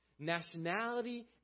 Nationality